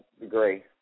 agree